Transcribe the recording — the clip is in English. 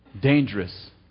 dangerous